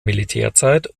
militärzeit